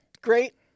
great